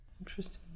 Interesting